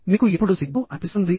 మీకు ఎప్పుడు సిగ్గు అనిపిస్తుంది